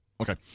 Okay